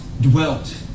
dwelt